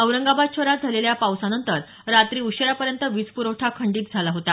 औरंगाबाद शहरात झालेल्या पावसानंतर रात्री उशिरापर्यंत वीज पुरवठा खंडीत झाला होता